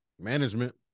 management